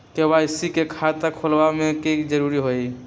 KYC के खाता खुलवा में की जरूरी होई?